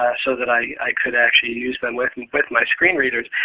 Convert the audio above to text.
so that i could actually use them with and with my screen readers.